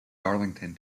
darlington